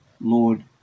Lord